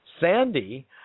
Sandy